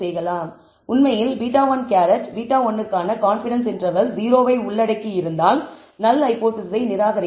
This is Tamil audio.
உண்மையில் β̂1 β1 க்கான கான்பிடன்ஸ் இன்டர்வெல் 0 ஐ உள்ளடக்கியிருந்தால் நல் ஹைபோதேசிஸை நிராகரிக்கலாம்